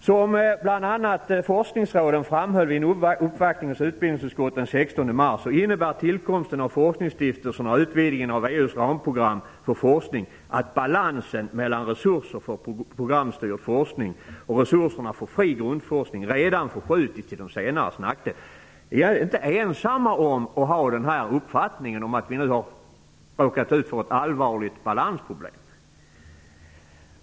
Som bl.a. forskningsråden framhöll vid en uppvaktning hos utbildningsutskottet den 16 mars innebär tillkomsten av forskningsstiftelserna och utvidgningen av EU:s ramprogram för forskning att balansen mellan resurser för programstyrd forskning och resurserna för fri grundforskning redan förskjutits till de senares nackdel. Vi är inte ensamma om att ha den uppfattningen att man nu har råkat ut för ett allvarligt balansproblem.